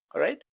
alright?